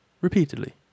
repeatedly